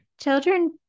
Children